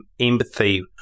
empathy